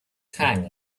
tang